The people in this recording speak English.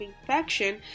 infection